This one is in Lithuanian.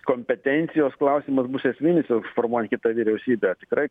kompetencijos klausimas bus esminis formuojant kitą vyriausybę tikrai